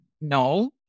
No